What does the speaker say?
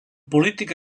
política